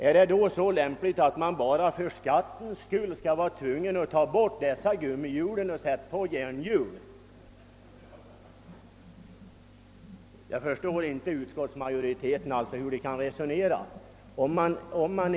är det då så lämpligt att man för skattens skull skall vara tvungen att ta bort gummihjulen och i stället sätta på järnhjul? Jag förstår inte hur utskottsmajoriteten kan ha resonerat på det sättet.